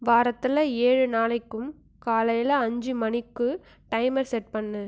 வாரத்தில் ஏழு நாளைக்கும் காலையில் அஞ்சு மணிக்கு டைமர் செட் பண்ணு